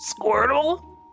Squirtle